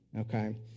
okay